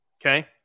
Okay